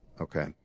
Okay